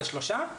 זה שלושה,